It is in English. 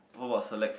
what about select